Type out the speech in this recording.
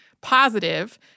positive